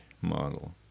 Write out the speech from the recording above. model